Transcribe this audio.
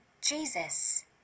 Jesus